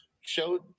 showed